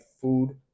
food